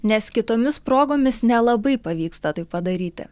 nes kitomis progomis nelabai pavyksta tai padaryti